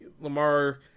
Lamar